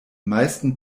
meisten